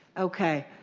okay.